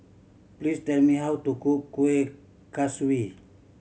please tell me how to cook Kuih Kaswi